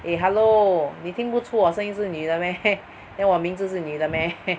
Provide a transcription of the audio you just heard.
eh hello 你听不出我声音是女的 meh then 我名字是女的 meh